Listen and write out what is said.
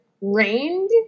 rained